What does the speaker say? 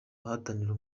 bahatanira